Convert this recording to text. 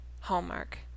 hallmark